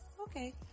okay